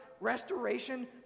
restoration